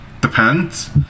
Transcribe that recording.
depends